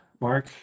Mark